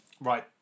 Right